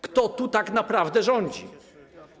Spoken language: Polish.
Kto tu tak naprawdę rządzi?